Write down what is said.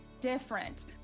different